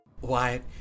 Wyatt